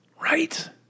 Right